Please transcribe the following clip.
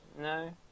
No